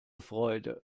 freude